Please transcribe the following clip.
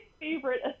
favorite